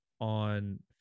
on